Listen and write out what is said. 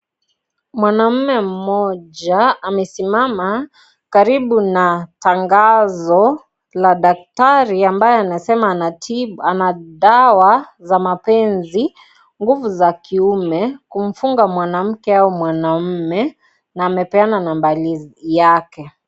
Mwanaume mmoja amesimama karibu na tangazo la daktari ambaye anasema ana dawa za mapenzi , nguvu za kuime ,kumfungua mwanamke au mwanamme ,na amepeana nambari yake .